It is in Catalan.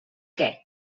què